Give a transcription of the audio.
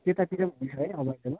त्यतातिर पनि हुन्छ है अभाइलेबल